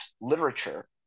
literature